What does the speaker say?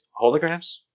Holograms